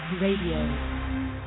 Radio